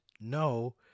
no